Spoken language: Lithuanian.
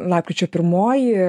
lapkričio pirmoji